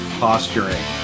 posturing